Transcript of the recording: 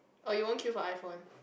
or you won't queue for iPhone